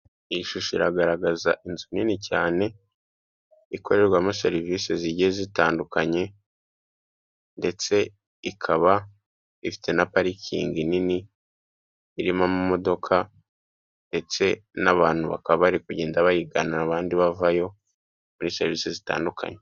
Iyi shusho iragaragaza inzu nini cyane ikorerwamo serivisi zigiye zitandukanye, ndetse ikaba ifite na parikingi nini irimo ama modoka ndetse n'abantu bakaba bari kugenda bayigana abandi bavayo, muri serivisi zitandukanye.